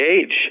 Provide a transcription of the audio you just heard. age